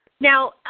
Now